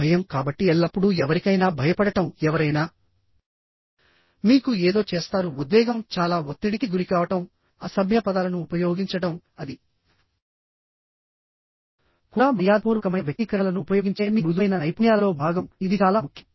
భయం కాబట్టి ఎల్లప్పుడూ ఎవరికైనా భయపడటంఎవరైనా మీకు ఏదో చేస్తారు ఉద్వేగంచాలా ఒత్తిడికి గురికావడంఅసభ్య పదాలను ఉపయోగించడంఅది కూడా మర్యాదపూర్వకమైన వ్యక్తీకరణలను ఉపయోగించే మీ మృదువైన నైపుణ్యాలలో భాగం ఇది చాలా ముఖ్యం